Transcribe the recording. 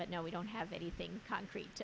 but now we don't have anything concrete